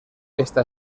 esta